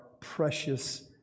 precious